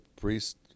priest